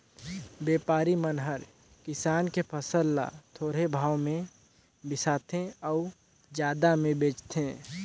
बेपारी मन हर किसान के फसल ल थोरहें भाव मे बिसाथें अउ जादा मे बेचथें